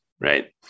right